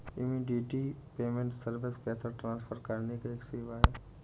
immediate payment service पैसा transfer करने का एक सेवा है